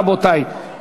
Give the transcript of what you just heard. רבותי.